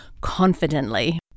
confidently